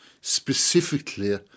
specifically